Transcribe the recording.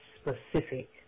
specific